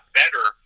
better